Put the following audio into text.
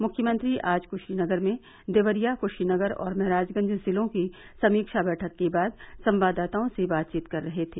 मुख्यमंत्री आज कुशीनगर में देवरिया कृशीनगर और महराजगंज जिलों की समीक्षा बैठक के बाद संवाददाताओं से बातचीत कर रहे थे